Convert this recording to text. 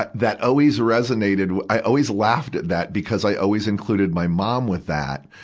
that that always resonated, i always laughed at that because i always included my mom with that.